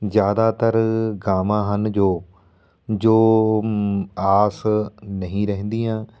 ਜ਼ਿਆਦਾਤਰ ਗਾਵਾਂ ਹਨ ਜੋ ਜੋ ਆਸ ਨਹੀਂ ਰਹਿੰਦੀਆਂ